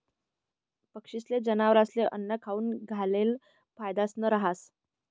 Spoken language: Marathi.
पक्षीस्ले, जनावरस्ले आन्नं खाऊ घालेल फायदानं रहास